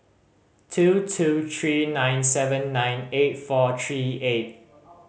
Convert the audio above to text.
two two three nine seven nine eight four three eight